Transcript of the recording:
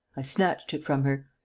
i snatched it from her.